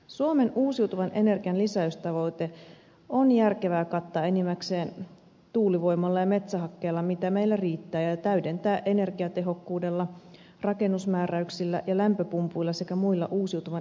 suomen uusiutuvan energian lisäystavoite on järkevää kattaa enimmäkseen tuulivoimalla ja metsähakkeella mitä meillä riittää ja täydentää energiatehokkuudella rakennusmääräyksillä ja lämpöpumpuilla sekä muilla uusiutuvan energian lähteillä